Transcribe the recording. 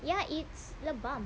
ya it's lebam